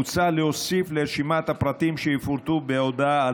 מוצע להוסיף לרשימת הפרטים שיפורטו בהודעה על